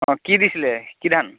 অঁ কি দিছিলে কি ধান